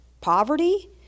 poverty